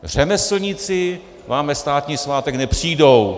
Řemeslníci k vám na státní svátek nepřijdou.